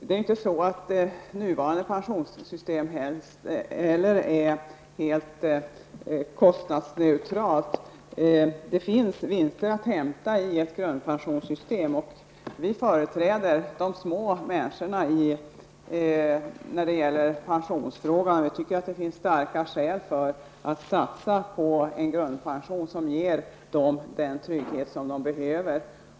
Men inte heller nuvarande pensionssystem är helt kostnadsneutralt. Det finns vinster att hämta i fråga om ett grundpensionssystem. Vi företräder de små människorna i pensionsfrågan. Jag tycker att det finns starka skäl att satsa på en grundpension, som ger människor den trygghet som de behöver.